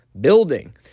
building